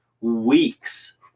weeks